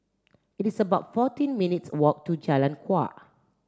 it is about fourteen minutes walk to Jalan Kuak